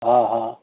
हा हा